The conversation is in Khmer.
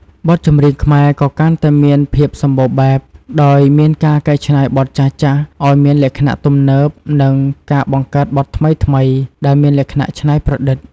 បទចម្រៀងខ្មែរក៏កាន់តែមានភាពសម្បូរបែប ដោយមានការកែច្នៃបទចាស់ៗឱ្យមានលក្ខណៈទំនើប និងការបង្កើតបទថ្មីៗដែលមានលក្ខណៈច្នៃប្រឌិត។